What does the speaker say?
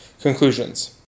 Conclusions